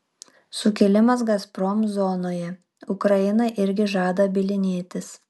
sukilimas gazprom zonoje ukraina irgi žada bylinėtis